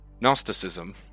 Gnosticism